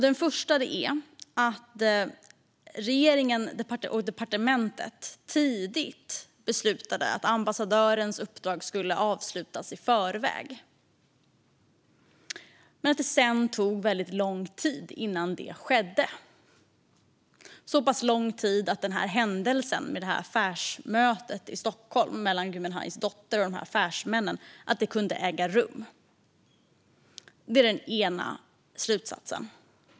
Den första är att regeringen och departementet tidigt beslutade att ambassadörens uppdrag skulle avslutas i förväg men att det sedan tog väldigt lång tid innan detta skedde, så pass lång tid att händelsen - affärsmötet i Stockholm mellan Gui Minhais dotter och affärsmännen - kunde äga rum. Det var den ena slutsatsen.